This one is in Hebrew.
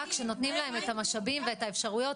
כשנותנים להן את המשאבים והאפשרויות,